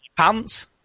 Pants